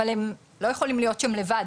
אבל הם לא יכולים להיות שם לבד.